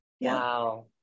Wow